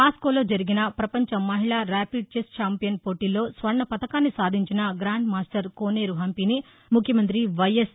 మాస్కోలో జరిగిన ప్రపంచ మహిళా రాపిడ్ చెస్ ఛాంపియన్ పోటీల్లో స్వర్ణపతకాన్ని సాధించిన గ్రాండ్ మాస్టర్ కోనేరు హంపిని రాష్ట ముఖ్యమంత్రి వైఎస్